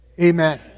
amen